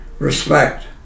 respect